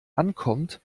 ankommt